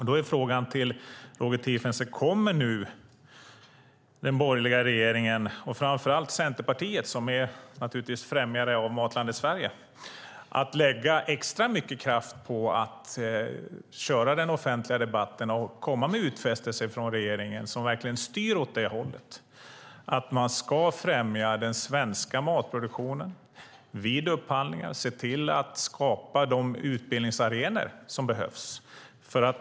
Då är frågan till Roger Tiefensee: Kommer den borgerliga regeringen, och framför allt Centerpartiet som är främjare av Matlandet Sverige, att lägga extra mycket kraft på den offentliga debatten och komma med utfästelser från regeringen som styr åt att man ska främja den svenska matproduktionen vid upphandlingar och skapa de utbildningsarenor som behövs?